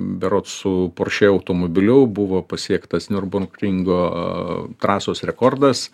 berods su porsche automobiliu buvo pasiektas niurburg ringo trasos rekordas